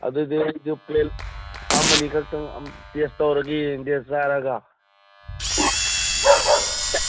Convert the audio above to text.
ꯑꯗꯨꯗꯤ ꯑꯩꯁꯨ ꯄ꯭ꯂꯦꯠ ꯑꯃꯅꯤꯈꯛꯇꯪ ꯇꯦꯁꯠ ꯇꯧꯔꯒ ꯌꯦꯡꯒꯦ ꯆꯥꯔꯒ